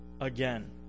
again